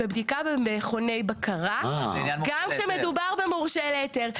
בבדיקה במכוני בקרה גם כשמדובר במורשה להיתר.